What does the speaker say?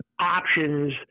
options